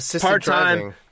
part-time